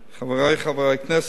חברי חברי הכנסת,